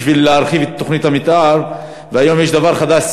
היום יש דבר חדש,